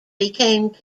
became